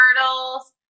turtles